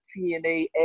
TNA